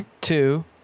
Two